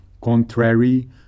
contrary